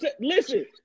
listen